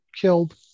killed